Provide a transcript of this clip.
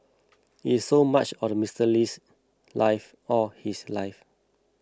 it's so much of Mister Lee's life all his life